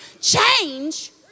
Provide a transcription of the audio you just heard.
change